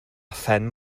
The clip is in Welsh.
phen